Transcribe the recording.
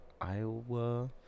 Iowa